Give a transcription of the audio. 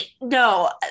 no